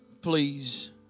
please